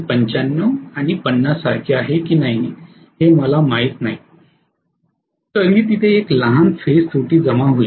95 आणि 50 सारखे आहे की नाही हे मला माहित नाही तरीही तेथे एक लहान फेझं त्रुटी जमा होईल